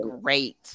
great